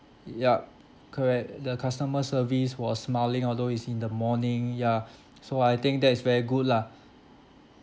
ya correct the customer service was smiling although it's in the morning ya so I think that is very good lah